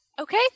Okay